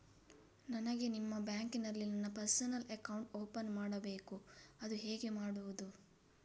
ನನಗೆ ನಿಮ್ಮ ಬ್ಯಾಂಕಿನಲ್ಲಿ ನನ್ನ ಪರ್ಸನಲ್ ಅಕೌಂಟ್ ಓಪನ್ ಮಾಡಬೇಕು ಅದು ಹೇಗೆ ಮಾಡುವುದು?